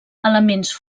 elements